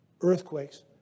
earthquakes